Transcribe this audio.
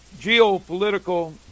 geopolitical